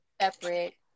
separate